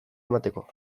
emateko